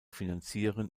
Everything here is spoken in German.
finanzieren